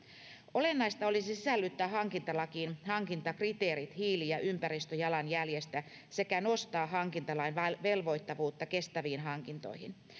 olennaista olisi sisällyttää hankintalakiin hankintakriteerit hiili ja ympäristöjalanjäljestä sekä nostaa hankintalain velvoittavuutta kestäviin hankintoihin